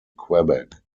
quebec